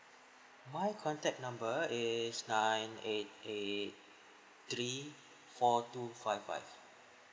my contact number is nine eight eight three four two five five